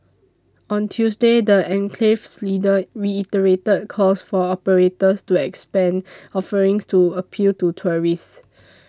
on Tuesday the enclave's leaders reiterated calls for operators to expand offerings to appeal to tourists